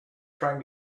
trying